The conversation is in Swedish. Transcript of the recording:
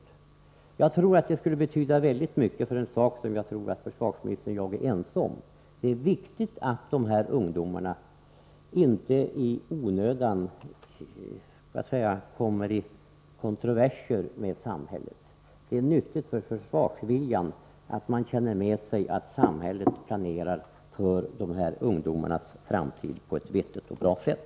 Detta tror jag skulle betyda mycket för det som jag tror försvarsministern och jag är ense om: det är viktigt att dessa ungdomar inte i onödan kommer i kontroverser med samhället, och det är nyttigt för försvarsviljan att de känner med sig att samhället planerar för deras framtid på ett vettigt sätt.